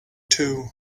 two